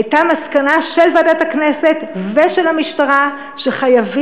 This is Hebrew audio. הייתה מסקנה של ועדת הפנים של הכנסת ושל המשטרה שחייבים